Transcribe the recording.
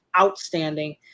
outstanding